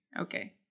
Okay